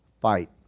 fight